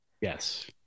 Yes